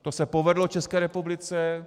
To se povedlo České republice.